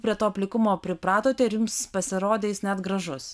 prie to plikumo pripratote ir jums pasirodė jis net gražus